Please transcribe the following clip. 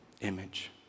image